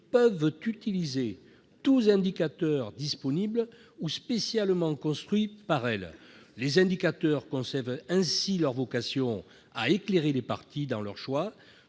peuvent utiliser tous indicateurs disponibles ou spécialement construits par elles. » Les indicateurs conservent ainsi leur vocation à éclairer les parties dans leur choix,